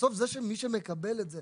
בסוף מי שמקבל את זה,